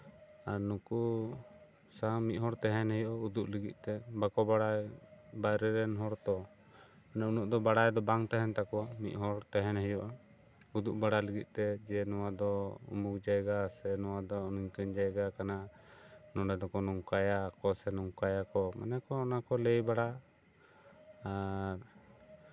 ᱱᱩᱠᱩ ᱥᱟᱶ ᱢᱤᱫ ᱦᱚᱲ ᱛᱟᱦᱮᱱ ᱦᱩᱭᱩᱜᱼᱟ ᱩᱫᱩᱜ ᱞᱟᱜᱤᱫ ᱢᱤᱫᱴᱟᱝ ᱵᱟᱠᱚ ᱵᱟᱲᱟᱭᱟ ᱵᱟᱭᱨᱮ ᱨᱮᱱ ᱦᱚᱲ ᱛᱚ ᱱᱩᱱᱟᱹᱜ ᱫᱚ ᱵᱟᱲᱟᱭ ᱫᱚ ᱵᱟᱝ ᱛᱟᱦᱮᱱ ᱛᱟᱠᱚᱣᱟ ᱢᱤᱫᱦᱚᱲ ᱛᱟᱦᱮᱱ ᱦᱩᱭᱩᱜᱼᱟ ᱩᱫᱩᱜ ᱵᱟᱲᱟ ᱞᱟᱜᱤᱫᱛᱮ ᱡᱮ ᱱᱚᱣᱟ ᱫᱚ ᱩᱢᱩᱠ ᱡᱟᱭᱜᱟ ᱥᱮ ᱱᱚᱣᱟ ᱫᱚ ᱱᱚᱝᱠᱟᱱ ᱡᱟᱭᱜᱟ ᱠᱟᱱᱟ ᱱᱚᱰᱮ ᱫᱚᱠᱚ ᱱᱚᱝᱠᱟᱭᱟ ᱠᱚ ᱥᱮ ᱱᱚᱝᱠᱟᱭᱟ ᱠᱚ ᱢᱟᱱᱮ ᱠᱚ ᱚᱱᱟ ᱠᱚ ᱞᱟᱹᱭ ᱵᱟᱲᱟ ᱟᱨ